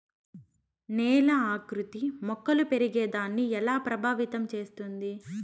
నేల ఆకృతి మొక్కలు పెరిగేదాన్ని ఎలా ప్రభావితం చేస్తుంది?